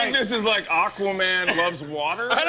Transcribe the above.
this is like aquaman loves water? i don't